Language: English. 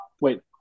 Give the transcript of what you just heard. Wait